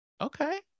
Okay